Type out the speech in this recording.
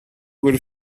were